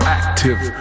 active